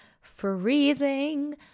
freezing